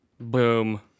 Boom